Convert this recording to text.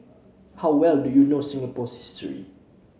how well do you know Singapore's history